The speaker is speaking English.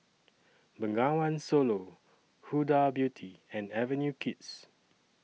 Bengawan Solo Huda Beauty and Avenue Kids